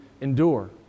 endure